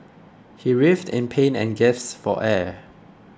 he writhed in pain and gasped for air